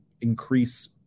increase